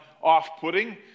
off-putting